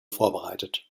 vorbereitet